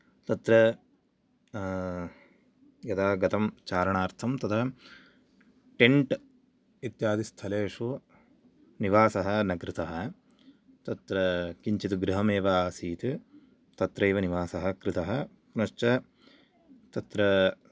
तत्र यदा गतं चारणार्थं तदा टेन्ट् इत्यादि स्थलेषु निवासः न कृतः तत्र किञ्चित् गृहमेव आसीत् तत्रैव निवासः कृतः पुनश्च तत्र